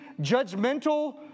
judgmental